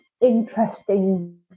interesting